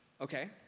Okay